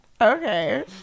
okay